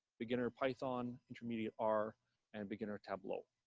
beginner python, intermediate r and beginner tableau.